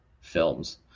films